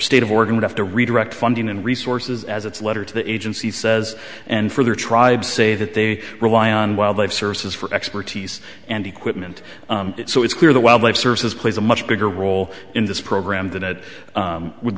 state of oregon would have to redirect funding and resources as its letter to the agency says and for the tribe say that they rely on wildlife services for expertise and equipment so it's clear that wildlife services plays a much bigger role in this program than it would